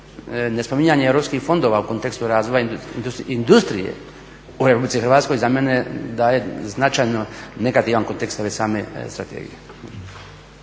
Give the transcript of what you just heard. nespominjanje europskih fondova u kontekstu razvoja industrije u Republici Hrvatskoj za mene daje značajno negativan kontekst ove same strategije.